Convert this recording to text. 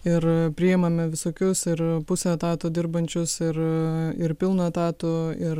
ir priimame visokius ir pusę etato dirbančius ir ir pilnu etatu ir